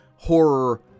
horror